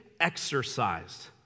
exercised